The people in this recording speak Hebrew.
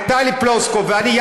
טלי פלוסקוב ואני,